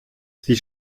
sie